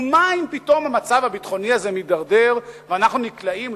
ומה אם פתאום המצב הביטחוני הזה מידרדר ואנחנו נקלעים,